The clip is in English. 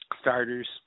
Starters